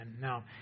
No